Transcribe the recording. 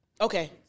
Okay